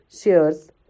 shares